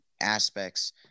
aspects